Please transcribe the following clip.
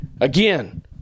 again